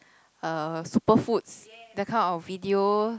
uh superfoods that kind of video